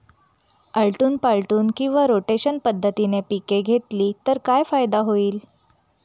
आलटून पालटून किंवा रोटेशन पद्धतीने पिके घेतली तर काय फायदा होईल?